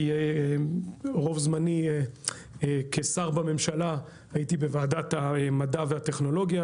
כי רוב זמני כשר בממשלה הייתי בוועדת המדע והטכנולוגיה,